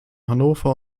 hannover